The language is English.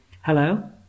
Hello